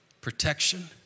Protection